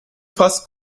fast